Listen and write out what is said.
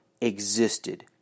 existed